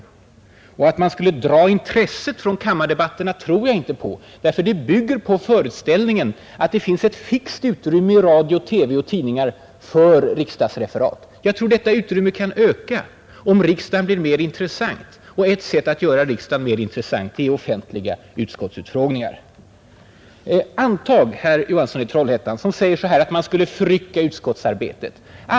Att man skulle dra intresset från kammardebatterna tror jag inte på. Den uppfattningen bygger på föreställningen att det finns ett fixt utrymme i radio, TV och tidningar för riksdagsreferaten. Jag tror detta utrymme kan öka, om riksdagen blir mera intressant. Ett sätt att göra riksdagen mera intressant är offentliga utskottsutfrågningar. Herr Johansson i Trollhättan säger att man skulle förrycka utskottsarbetet.